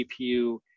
GPU